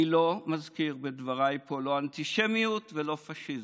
אני לא מזכיר בדבריי פה לא אנטישמיות ולא פשיזם.